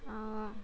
orh